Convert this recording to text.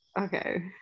Okay